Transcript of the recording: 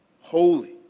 holy